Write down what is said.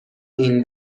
این